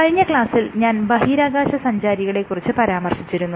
കഴിഞ്ഞ ക്ലാസ്സിൽ ഞാൻ ബഹീരാകാശസഞ്ചാരികളെ കുറിച്ച് പരാമർശിച്ചിരുന്നു